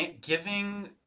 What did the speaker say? giving